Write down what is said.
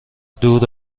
دور